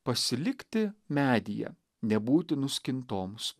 pasilikti medyje nebūti nuskintoms